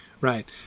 right